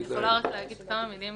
אני יכולה להגיד כמה מילים